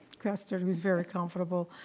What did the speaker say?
custard who is very comfortable,